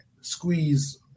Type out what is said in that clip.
squeeze